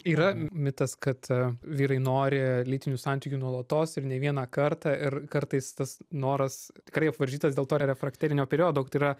yra mitas kad vyrai nori lytinių santykių nuolatos ir ne vieną kartą ir kartais tas noras tikrai apvaržytas dėl to refrakterinio periodo tai yra